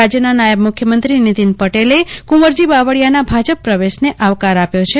રાજ્યના નાયબ મુખ્યમંત્રી નીતિન પટેલે કુંવરજી બાવળિયાને ભાજપ પ્રવેશને આવકાર આપ્યો છે